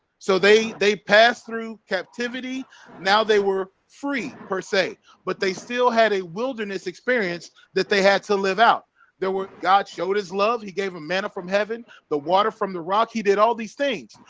so they they pass through captivity now they were free per se but they still had a wilderness experience that they had to live out there were god showed his love he gave a manna from heaven the water from the rock he did all these things,